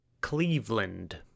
Cleveland